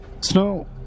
Snow